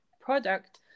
product